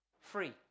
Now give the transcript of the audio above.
free